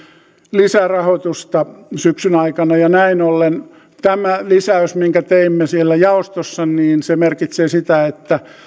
lisärahoitusta syksyn aikana näin ollen tämä lisäys minkä teimme siellä jaostossa merkitsee sitä että